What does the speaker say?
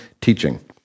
teaching